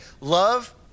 Love